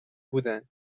بودن